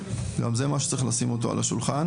גם זה משהו שצריך לשים אותו על השולחן